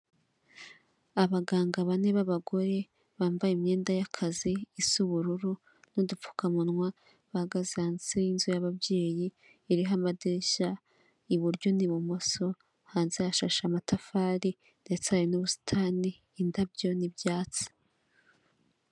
Abaganga bane b'abagore bambaye imyenda y'akazi isa ubururu n'udupfukamunwa, bahagaze hanze y'inzu y'ababyeyi iriho amadirishya iburyo n'ibumoso. Hanze hashashe amatafari ndetse hari n'ubusitani, indabyo n'ibyatsi.